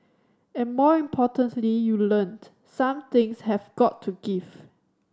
and more importantly you learn some things have got to give